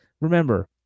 Remember